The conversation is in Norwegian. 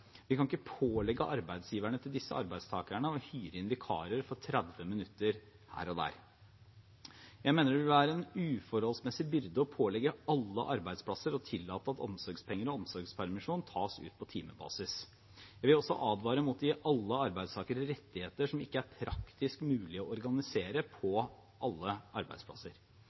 Vi kan ikke pålegge arbeidsgiverne til disse arbeidstakerne å hyre inn vikarer for 30 minutter her og der. Jeg mener det ville være en uforholdsmessig byrde å pålegge alle arbeidsplasser å tillate at omsorgspenger og omsorgspermisjon tas ut på timebasis. Jeg vil også advare mot å gi alle arbeidstakere rettigheter som ikke er praktisk mulig å organisere på alle arbeidsplasser.